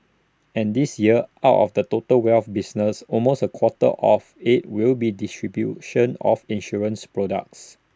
and this year out of the total wealth business almost A quarter of IT will be distribution of insurance products